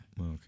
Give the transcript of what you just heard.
Okay